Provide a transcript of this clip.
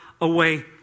away